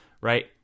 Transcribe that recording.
right